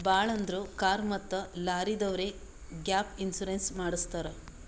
ಭಾಳ್ ಅಂದುರ್ ಕಾರ್ ಮತ್ತ ಲಾರಿದವ್ರೆ ಗ್ಯಾಪ್ ಇನ್ಸೂರೆನ್ಸ್ ಮಾಡುಸತ್ತಾರ್